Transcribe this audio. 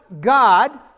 God